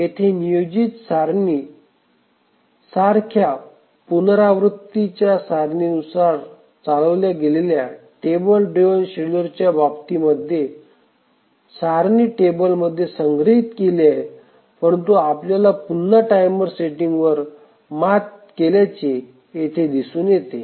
येथे नियोजित सारणी सारख्या पुनरावृत्ती च्या सारणी नुसार चालवल्या गेलेल्या टेबल ड्राईव्ह शेड्युलरच्या बाबतीत सारणी मध्ये टेबल मध्ये संग्रहित केली आहे परंतु आपल्याला पुन्हा टाइमर सेटिंगवर मात केल्याचे दिसून येते